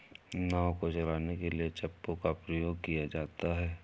नाव को चलाने के लिए चप्पू का प्रयोग किया जाता है